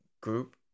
group